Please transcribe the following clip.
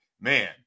man